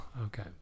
okay